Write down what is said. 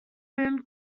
boom